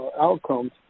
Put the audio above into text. outcomes